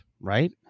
right